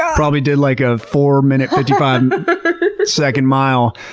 ah probably did like a four minute, fifty five second mile.